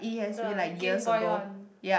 the GameBoy one